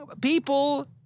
people